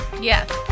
yes